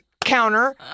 counter